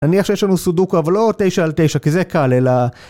אני חושב שיש לנו סודוקו אבל לא תשע על תשע כי זה קל אלא...